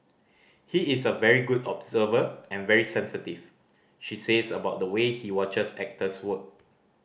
he is a very good observer and very sensitive she says about the way he watches actors work